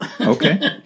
Okay